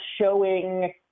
showing